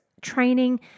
training